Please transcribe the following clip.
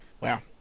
Wow